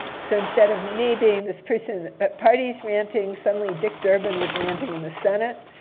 so instead of me being this person at parties ranting, suddenly, dick durbin was ranting in the senate.